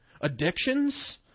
Addictions